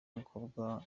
umukobwa